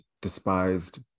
despised